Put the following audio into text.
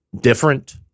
different